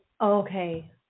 okay